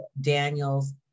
Daniel's